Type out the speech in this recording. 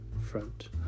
Front